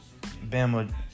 Bama